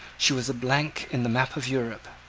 she was a blank in the map of europe.